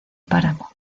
páramo